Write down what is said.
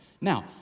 Now